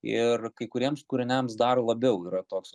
ir kai kuriems kūriniams dar labiau yra toks